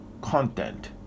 content